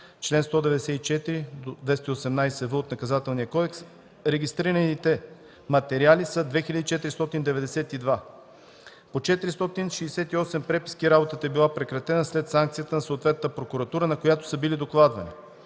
чл. 194-218в от Наказателния кодекс, регистрираните материали са 2492, по 468 преписки работата е била прекратена след санкцията на съответната прокуратура, на която са били докладвани.